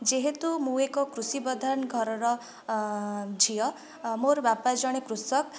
ଯେହେତୁ ମୁଁ ଏକ କୃଷି ପ୍ରଧାନ ଘରର ଝିଅ ମୋର ବାପା ଜଣେ କୃଷକ